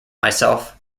myself